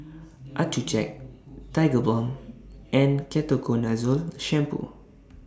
Accucheck Tigerbalm and Ketoconazole Shampoo